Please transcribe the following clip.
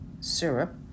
syrup